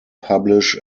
publish